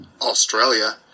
Australia